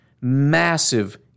massive